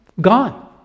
Gone